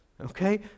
okay